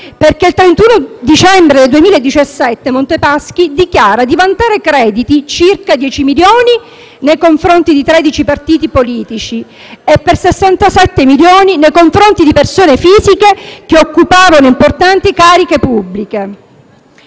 Perché il 31 dicembre 2017 Monte dei Paschi dichiarò di vantare crediti per circa 10 milioni nei confronti di tredici partiti politici e per 67 milioni nei confronti di persone fisiche che occupavano importanti cariche pubbliche.